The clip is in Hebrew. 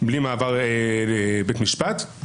מבלי מעבר לבית המשפט.